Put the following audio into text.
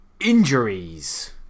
injuries